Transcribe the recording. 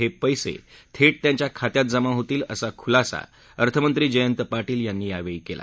हे पेसे थेट त्यांच्या खात्यात जमा होतील असा खुलासा अर्थमंत्री जयंत पाटील यांनी यावेळी केला